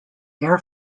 air